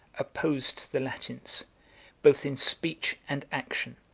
opposed the latins both in speech and action,